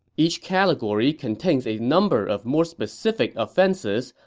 each category contains a number of more specific offenses,